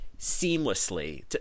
seamlessly